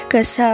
Cause